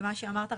למה שאמרת,